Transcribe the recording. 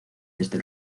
desde